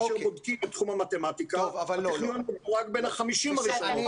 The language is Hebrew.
כאשר בודקים את תחום המתמטיקה הטכניון מדורג בין ה-50 הראשונות.